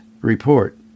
report